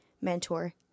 mentor